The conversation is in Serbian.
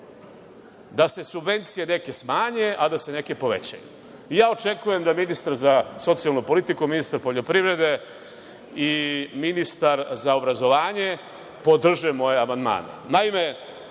da se subvencije neke smanje, a da se neke povećaju. Očekujem da ministar za socijalnu politiku, ministar poljoprivrede i ministar za obrazovanje podrže moje amandmane.